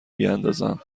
بیاندازم